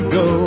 go